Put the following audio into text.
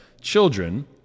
children